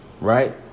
Right